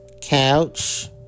Couch